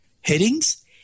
headings